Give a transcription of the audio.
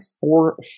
four